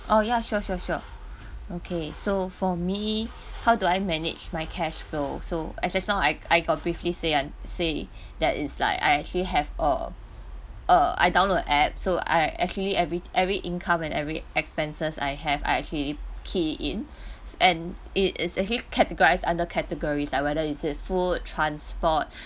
oh ya sure sure sure okay so for me how do I manage my cash flow so as just now I I got briefly say uh say that is I actually have a uh I download a app so I actually every every income and every expenses I have I actually key it in and it is actually categorize under categories like whether it is food transport